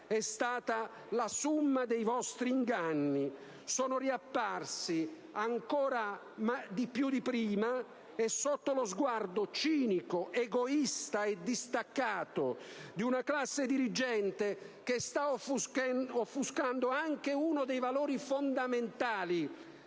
è stata la *summa* dei vostri inganni. Sono riapparsi, ancora più di prima, e sotto lo sguardo cinico, egoista e distaccato di una classe dirigente che sta offuscando anche uno dei valori fondamentali